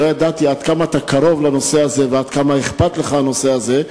לא ידעתי עד כמה אתה קרוב לנושא הזה ועד כמה אכפת לך הנושא הזה.